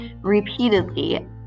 repeatedly